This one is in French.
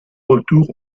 retour